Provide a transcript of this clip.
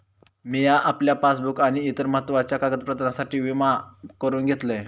मिया आपल्या पासबुक आणि इतर महत्त्वाच्या कागदपत्रांसाठी विमा करून घेतलंय